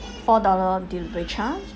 four dollar delivery charge